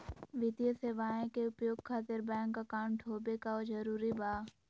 वित्तीय सेवाएं के उपयोग खातिर बैंक अकाउंट होबे का जरूरी बा?